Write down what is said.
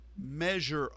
measure